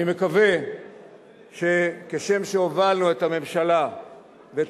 אני מקווה שכשם שהובלנו את הממשלה ואת